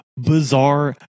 bizarre